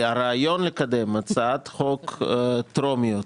הרי הרעיון לקדם הצעות חוק טרומיות